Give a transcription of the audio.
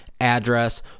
address